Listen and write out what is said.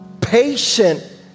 patient